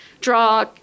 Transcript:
draw